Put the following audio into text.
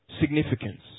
significance